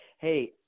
Hey